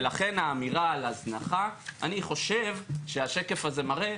לכן אני חושב שהשקף הזה מראה,